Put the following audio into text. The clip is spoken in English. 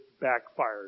backfired